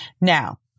Now